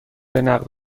نقد